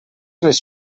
les